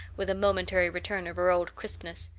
with a momentary return of her old crispness.